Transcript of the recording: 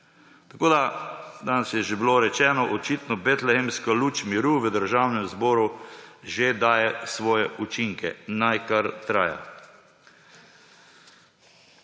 sebe.« Danes je že bilo rečeno, očitno betlehemska luč miru v Državnem zboru že daje svoje učinke. Naj kar traja!